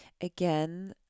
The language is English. again